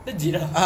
legit ah